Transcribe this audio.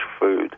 food